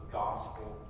gospel